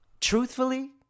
Truthfully